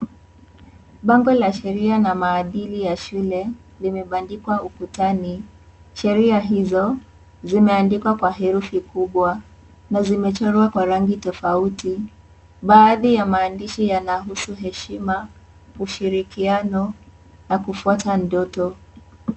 Bango la Sheria na maadili ya shule limebandikwa ukutani. Sheria hizo zimeandikwa kwa herufi kubwa na zimechorwa kwa rangi tofauti. Baadhi ya maandishi yanahusu heshima, kushirikiana na kufuata ndogo.